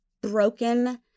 broken